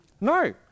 No